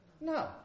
No